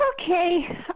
Okay